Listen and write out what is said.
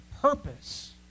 purpose